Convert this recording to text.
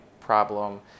problem